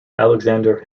alexander